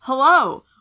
Hello